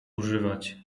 używać